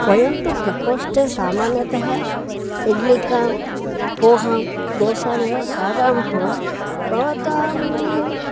वयं तु प्रकोष्ठे सामान्यतः इड्लिकां पोहां दोसामेव खादामः भवतां